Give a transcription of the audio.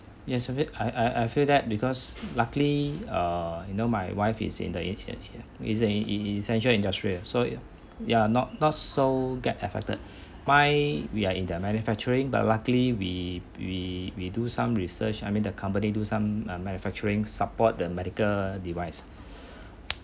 yes I feel I I feel that because luckily err you know my wife is in the is the is essential industrial sa ya ya not not so get affected mine we are in their manufacturing but luckily we we we do some research I mean the company do some uh manufacturing support the medical device